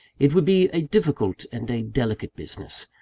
it would be a difficult and a delicate business.